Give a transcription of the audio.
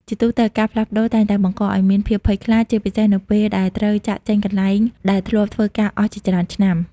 ជាទូទៅ ការផ្លាស់ប្តូរតែងតែបង្កឱ្យមានភាពភ័យខ្លាច ជាពិសេសនៅពេលដែលត្រូវចាកចេញកន្លែងដែលធ្លាប់ធ្វើការអស់ជាច្រើនឆ្នាំ។